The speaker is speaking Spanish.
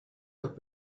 los